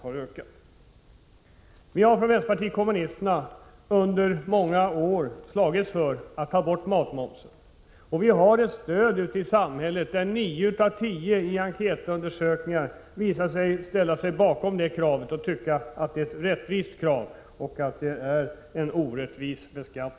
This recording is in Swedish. Vi i vänsterpartiet kommunisterna har under många år slagits för ett borttagande av matmomsen. Vi har ett stöd ute i samhället. Nio av tio som tillfrågats — det framgår av olika enkäter — ställer sig bakom vårt krav. Man tycker att det är ett rättvist krav och att beskattningen är orättvis.